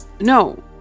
No